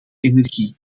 energie